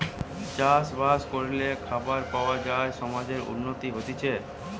চাষ বাস করলে খাবার পাওয়া যায় সমাজের উন্নতি হতিছে